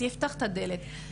זה יפתח את הדלת.